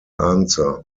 answer